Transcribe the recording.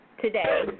today